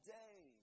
day